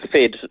fed